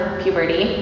puberty